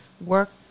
work